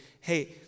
hey